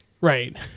right